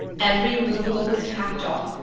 every movable was packed off,